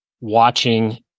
watching